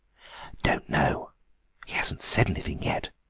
don't know he hasn't said anything yet,